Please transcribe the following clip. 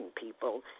people